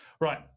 Right